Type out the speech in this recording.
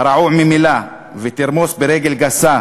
הרעוע ממילא, ותרמוס ברגל גסה